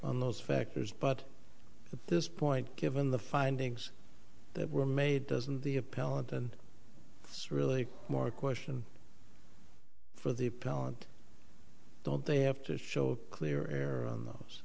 on those factors but this point given the findings that were made doesn't the appellant and it's really more a question for the appellant don't they have to show a clear air around those